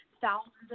thousands